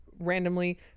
randomly